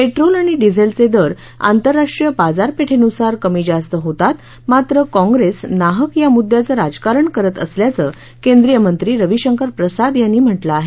petrol आणि डिझेलचे दर आंतरराष्ट्रीय बाजारपेठेनुसार कमी जास्त होतात मात्र काँप्रेस नाहक या मुद्द्याचं राजकारण करत असल्याचं केंद्रीय मंत्री रविशंकर प्रसाद यांनी म्हटलं आहे